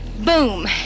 boom